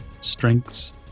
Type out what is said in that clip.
strengths